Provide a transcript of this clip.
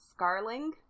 Scarling